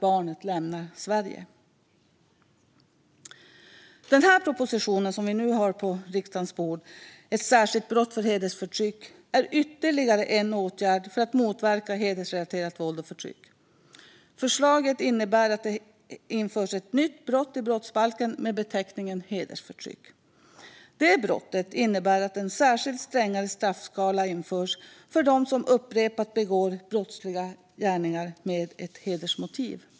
Propositionen Ett särskilt brott för hedersförtryck , som vi nu har på riksdagens bord, är ytterligare en åtgärd för att motverka hedersrelaterat våld och förtryck. Förslaget innebär att det införs ett nytt brott i brottsbalken med beteckningen hedersförtryck. Det brottet innebär att en särskild, strängare straffskala införs för den som upprepat begår brottsliga gärningar med ett hedersmotiv.